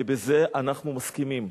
ובזה אנחנו מסכימים.